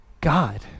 God